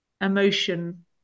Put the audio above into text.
emotion